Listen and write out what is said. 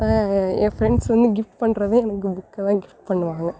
ஏன் ஃப்ரெண்ட்ஸ் வந்து கிஃப்ட் பண்ணுறதும் எனக்கு புக்கு தான் கிஃப்ட் பண்ணுவாங்க